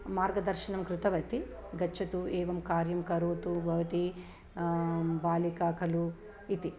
मार्गदर्शनं कृतवती गच्छतु एवं कार्यं करोतु भवती बालिका खलु इति